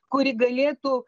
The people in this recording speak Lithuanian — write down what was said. kuri galėtų